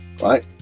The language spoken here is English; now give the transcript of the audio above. right